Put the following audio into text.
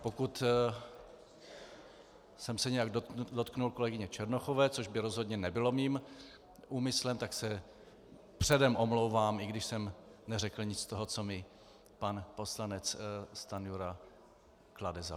Pokud jsem se nějak dotkl kolegyně Černochové, což by rozhodně nebylo mým úmyslem, tak se předem omlouvám, i když jsem neřekl nic z toho, co mi pan poslanec Stanjura klade za vinu.